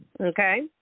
Okay